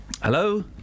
hello